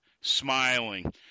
smiling